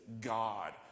God